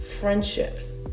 friendships